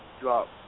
drop